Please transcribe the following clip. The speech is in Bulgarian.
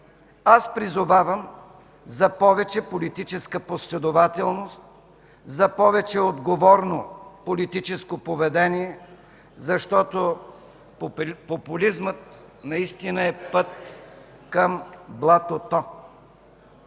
Аз призовавам за повече политическа последователност, за повече отговорно политическо поведение, защото популизмът наистина е път към блатото,